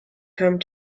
come